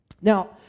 Now